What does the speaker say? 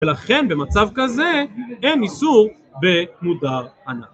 ולכן במצב כזה אין איסור במודר הנאה.